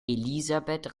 elisabeth